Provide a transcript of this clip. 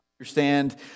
understand